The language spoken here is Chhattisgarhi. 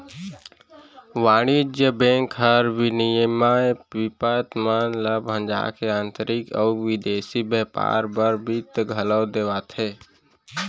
वाणिज्य बेंक हर विनिमय बिपत मन ल भंजा के आंतरिक अउ बिदेसी बैयपार बर बित्त घलौ देवाथे